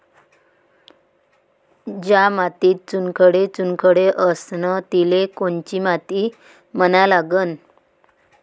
ज्या मातीत चुनखडे चुनखडे असन तिले कोनची माती म्हना लागन?